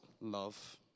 love